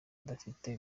adafite